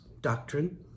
doctrine